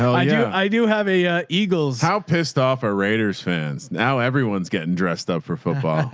i do have a eagles. how pissed off are raiders fans now everyone's getting dressed up for football.